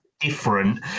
different